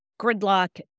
gridlock